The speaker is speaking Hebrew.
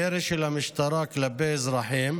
ירי של המשטרה כלפי אזרחים,